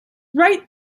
right